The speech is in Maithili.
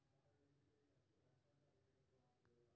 मुद्रास्फीति परिसंपत्ति के फ्यूचर वैल्यू पर प्रतिकूल असर डालै छै